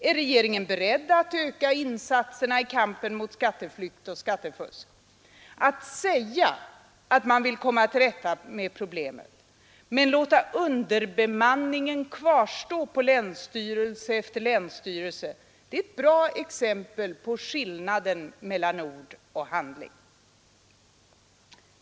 Är regeringen beredd att öka insatserna i kampen mot skatteflykt och skattefusk? Att säga att man vill komma till rätta med problemen men låta underbemanningen på länsstyrelse efter länsstyrelse kvarstå är ett bra exempel på skillnaden mellan ord och handling.